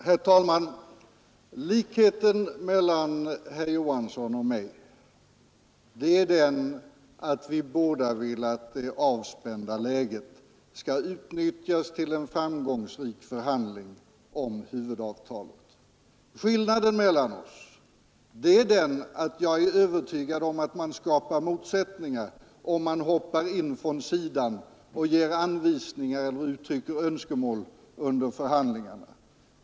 Herr talman! Likheten mellan herr Olof Johansson i Stockholm och mig är att vi båda velat att det avspända läget skall utnyttjas till en framgångsrik förhandling om huvudavtalet. Skillnaden mellan oss är den, att jag är övertygad om att man skapar motsättningar, om man hoppar in från sidan och ger anvisningar och uttrycker önskemål under förhandlingarna.